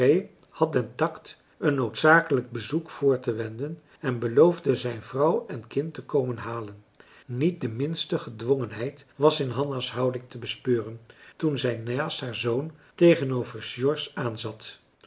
had den tact een noodzakelijk bezoek voortewenden en beloofde zijn vrouw en kind te komen halen niet de minste gedwongenheid was in hanna's houding te bespeuren toen zij naast haar zoon tegenover george aanzat